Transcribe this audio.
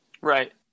Right